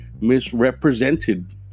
misrepresented